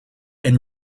and